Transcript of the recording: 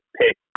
pick